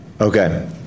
Okay